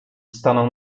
stanął